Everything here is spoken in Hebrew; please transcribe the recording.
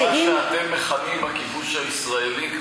ולעובדה שאלמלא מה שאתם מכנים הכיבוש הישראלי,